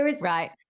Right